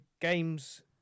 games